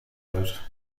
wird